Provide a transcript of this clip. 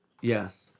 Yes